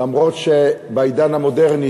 למרות שבעידן המודרני,